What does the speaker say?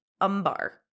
Umbar